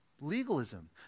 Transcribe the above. legalism